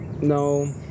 no